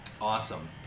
Awesome